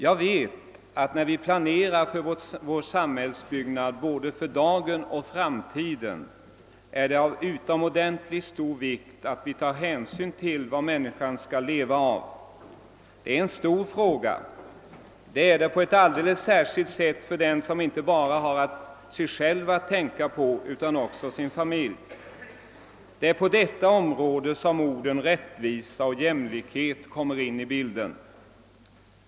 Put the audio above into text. Jag vet att det när vi planerar vår samhällsbyggnad både för dagen och för framtiden är av utomordentligt stor vikt att vi tar hänsyn till vad människorna skall leva av. Det är en stor fråga, särskilt för den som inte bara har sig själv att tänka på utan också sin familj. Det är på detta område som orden rättvisa och jämlikhet kommer in i bilden.